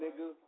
nigga